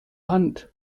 hand